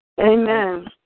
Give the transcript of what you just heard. Amen